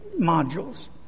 modules